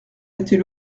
était